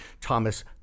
Thomas